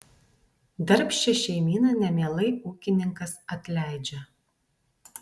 darbščią šeimyną nemielai ūkininkas atleidžia